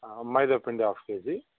మైదా పిండి half KG